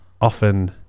often